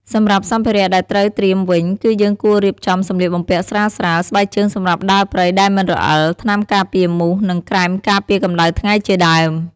សម្រាប់សម្ភារៈដែលត្រូវត្រៀមវិញ គឺយើងគួររៀបចំសម្លៀកបំពាក់ស្រាលៗ ស្បែកជើងសម្រាប់ដើរព្រៃដែលមិនរអិល ថ្នាំការពារមូស និងក្រែមការពារកម្ដៅថ្ងៃជាដើម។